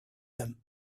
them